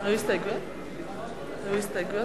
לי כתוב כאן 186,